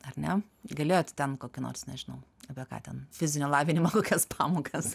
ar ne galėjote ten kokį nors nežinau apie ką ten fizinio lavinimo kokias pamokas